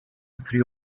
three